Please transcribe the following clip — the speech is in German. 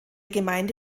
gemeinde